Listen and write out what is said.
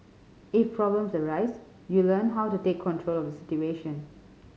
if problems arise you learn how to take control of the situation